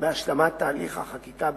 בהשלמת תהליך החקיקה בהקדם.